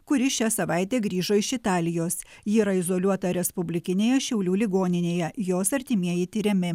kuri šią savaitę grįžo iš italijos ji yra izoliuota respublikinėje šiaulių ligoninėje jos artimieji tiriami